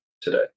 today